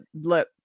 let